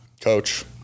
Coach